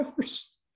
hours